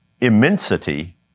immensity